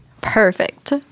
Perfect